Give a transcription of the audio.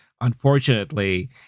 unfortunately